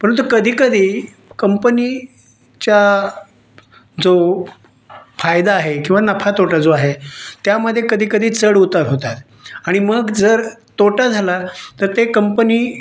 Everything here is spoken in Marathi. परंतु कधीकधी कंपनीच्या जो फायदा आहे किंवा नफातोटा जो आहे त्यामध्ये कधीकधी चढउतार होतात आणि मग जर तोटा झाला तर ते कंपनी